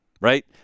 Right